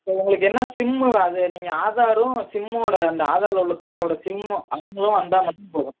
இப்போ உங்களுக்கு என்ன சிம்மு அது நீங்கள் ஆதாரும் சிம்மோட அந்த ஆதாரில் உள்ள பேயரோட சிம்மும் வந்தால் மட்டும் போதும்